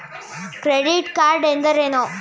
Credit card ಎಂದರೇನು?